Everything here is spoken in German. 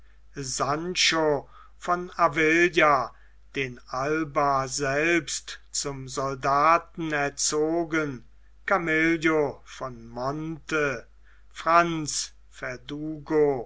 sancho von avila den alba selbst zum soldaten erzogen camillo von monte franz ferdugo